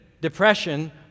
depression